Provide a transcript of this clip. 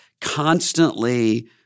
constantly